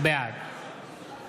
בעד